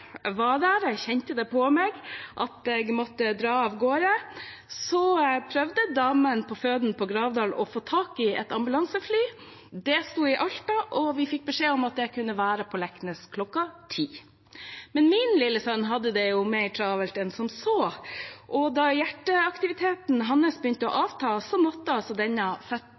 var der – jeg kjente det på meg at jeg måtte dra av gårde – prøvde damene på føden på Gravdal å få tak i et ambulansefly. Det sto i Alta, og vi fikk beskjed om at det kunne være på Leknes kl. 10. Men min lille sønn hadde det mer travelt enn som så, og da hjerteaktiviteten hans begynte å avta, måtte denne